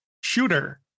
shooter